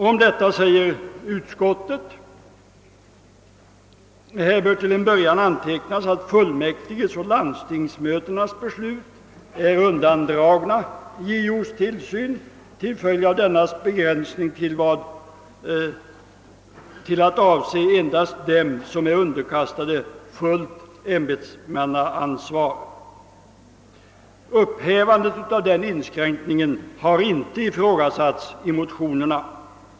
Utskottsmajoriteten skriver: »Härom bör till en början antecknas, att fullmäktiges och landstingsmötenas beslut är undandragna JO:s tillsyn till följd av dennas begränsning till att avse endast dem som är underkastade fullt ämbetsansvar. Upphävande av denna inskränkning har inte ifrågasatts i motionerna.